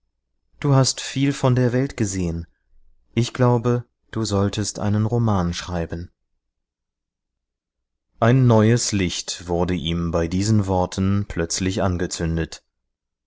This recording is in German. du hast viel von der welt gesehen ich glaube du solltest einen roman schreiben ein neues licht wurde ihm bei diesen worten plötzlich angezündet